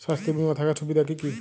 স্বাস্থ্য বিমা থাকার সুবিধা কী কী?